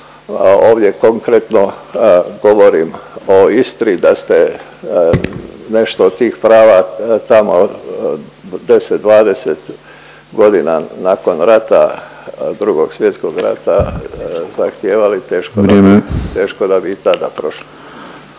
ovdje konkretno govorim o Istri. Da ste nešto od tih prava tamo 10, 20 godina nakon rata II Svjetskog rata zahtijevali teško da bi …/Upadica